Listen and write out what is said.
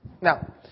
Now